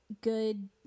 good